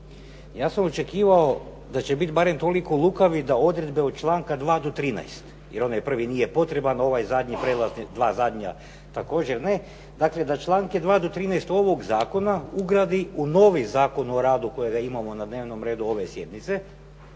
Ja sam očekivao da će biti barem toliko lukavi da odredbe od članka 2. do 13., jer onaj prvi nije potreban, ova dva zadnja također ne, dakle da članke 2. do 13. ovog zakona ugradi u novi Zakon o radu kojega imamo na dnevnom redu ove sjednice.